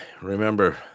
remember